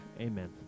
Amen